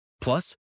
Plus